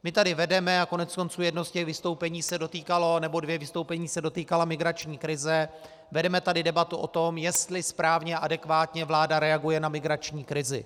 My tady vedeme, a koneckonců jedno z těch vystoupení se dotýkalo, nebo dvě vystoupení se dotýkala migrační krize, vedeme tady debatu o tom, jestli správně a adekvátně vláda reaguje na migrační krizi.